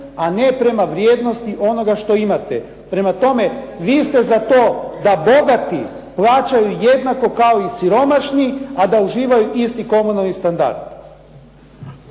a ne prema vrijednosti onoga što imate. Prema tome, vi ste za to da bogati plaćaju jednako kao i siromašni, a da uživaju isti komunalni standard.